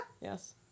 Yes